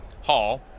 Hall